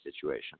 situation